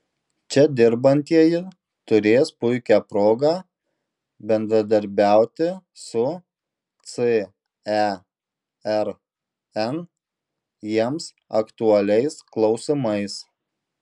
čia dirbantieji turės puikią progą bendradarbiauti su cern jiems aktualiais klausimais